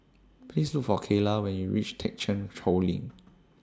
Please Look For Kayla when YOU REACH Thekchen Choling